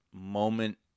moment